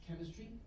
chemistry